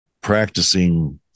practicing